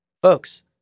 Folks